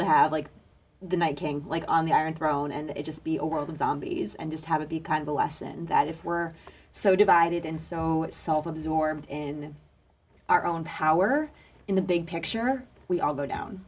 to have like the night king like on the iron throne and just be a world of zombies and just have it be kind of a lesson that if we're so divided and so self absorbed in our own power in the big picture we all go down